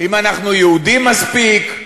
אם אנחנו יהודים מספיק.